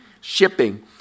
shipping